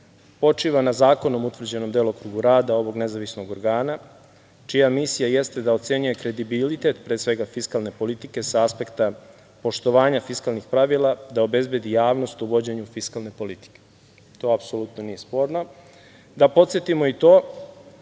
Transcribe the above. počiva na zakonom utvrđenom delokrugu rada ovog nezavisnog organa, čija misija jeste da ocenjuje kredibilitet, pre svega fiskalne politike sa aspekta poštovanja fiskalnih pravila, da obezbedi javnost u vođenju fiskalne politike. To apsolutno nije sporno. Da podsetimo i to